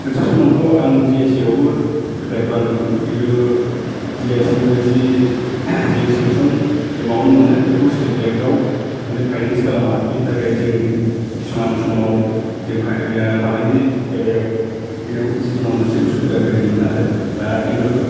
मोनसे समावथ' आं डिआइ सिआवबो एफ्लाय खालामदोंमोन खिन्थु डि आइ सिनिफ्राय जि जों सेंसन एमाउन्ट मोनो बेखौ स्टेट बेंकआव माने फायनेन्स खालामा बेनि थाखाय जोंनि खिसुमान समाव जों फालांगि बेलायाव जोंनाव जिबनाव मोनसे असुबिदा फैदोंमोन आरो दा खिन्थु